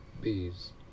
bees